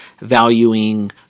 valuing